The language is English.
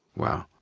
wow.